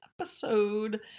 episode